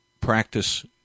practice